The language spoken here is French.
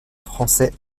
français